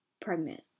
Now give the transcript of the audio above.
pregnant